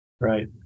Right